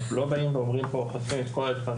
אנחנו לא באים ואומרים פה וחושפים את כל הדברים.